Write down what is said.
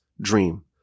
dream